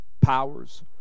powers